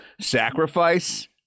sacrifice